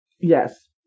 Yes